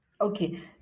Okay